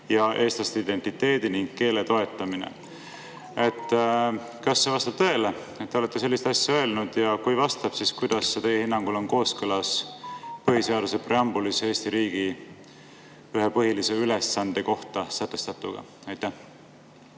ja eestlaste identiteedi ning keele toetamine. Kas see vastab tõele, et te olete sellist asja öelnud? Ja kui vastab, siis kuidas see teie hinnangul on kooskõlas põhiseaduse preambulis Eesti riigi ühe põhilise ülesande kohta sätestatuga? Aitäh!